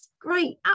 great